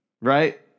right